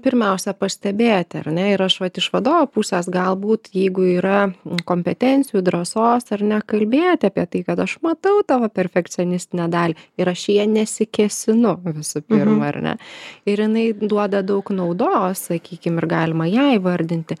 pirmiausia pastebėt ar ne ir aš vat iš vadovo pusės galbūt jeigu yra kompetencijų drąsos ar ne kalbėjot apie tai kad aš matau tavo perfekcionistinę dalį ir aš į ją nesikėsinu visų pirma ar ne ir jinai duoda daug naudos sakykim ir galima ją įvardinti